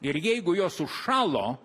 ir jeigu jos užšalo